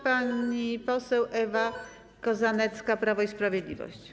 Pani poseł Ewa Kozanecka, Prawo i Sprawiedliwość.